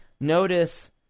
Notice